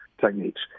techniques